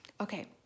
Okay